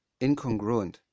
incongruent